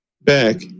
back